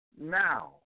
Now